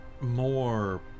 more